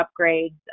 upgrades